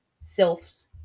sylphs